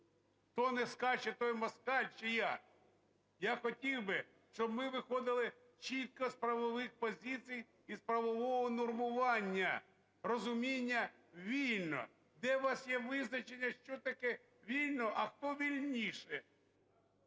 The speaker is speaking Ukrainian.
"Хто не скаче – той москаль!" Чи як? Я хотів би, щоб ми виходили чітко з правових позицій і з правового унормування розуміння "вільно". Де у вас є визначення, що таке вільно, а хто вільніше…